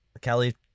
Kelly